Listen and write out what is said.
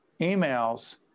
emails